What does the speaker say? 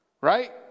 Right